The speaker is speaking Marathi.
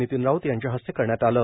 नितीन राऊत यांच्या हस्ते करण्यात आलं